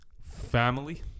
family